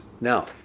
now